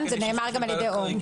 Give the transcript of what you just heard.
נאמר גם על ידי אור.